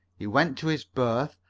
he went to his berth,